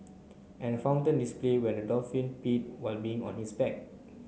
and a fountain display when a dolphin peed while being on his back